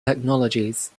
technologies